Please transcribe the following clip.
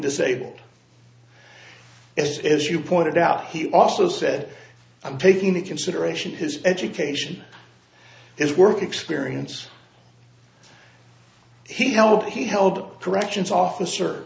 disabled if as you pointed out he also said i'm taking the consideration his education his work experience he held he held corrections officer